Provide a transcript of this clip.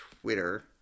Twitter